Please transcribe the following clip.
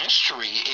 history